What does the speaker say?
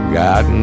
got